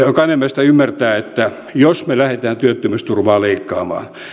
jokainen meistä ymmärtää että jos me lähdemme työttömyysturvaa leikkaamaan